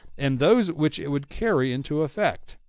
and those which it would carry into effect.